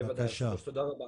בוודאי, תודה רבה.